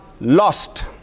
lost